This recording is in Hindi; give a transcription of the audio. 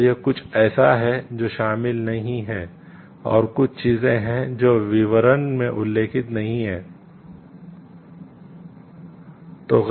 तो यह कुछ ऐसा है जो शामिल नहीं है और कुछ चीजें हैं जो विवरण में उल्लिखित नहीं हैं